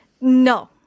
no